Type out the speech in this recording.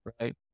right